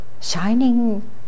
Shining